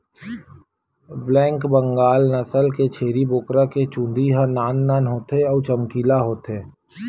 black Bengal नसल के छेरी बोकरा के चूंदी ह नान नान होथे अउ चमकीला होथे